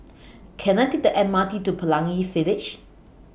Can I Take The M R T to Pelangi Village